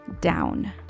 down